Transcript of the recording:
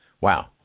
wow